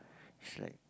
it's like